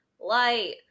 Light